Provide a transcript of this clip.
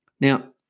Now